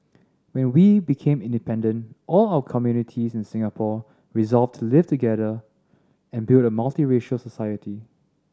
when we became independent all our communities in Singapore resolved to live together and build a multiracial society